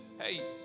hey